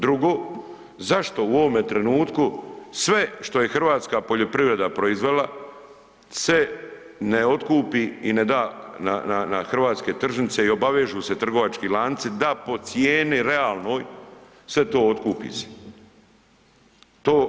Drugo, zašto u ovome trenutku sve što je hrvatska poljoprivreda proizvela se ne otkupi i ne da na hrvatske tržnice i obavežu se trgovački lanci da po cijeni realnoj sve to otkupi se.